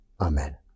Amen